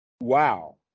wow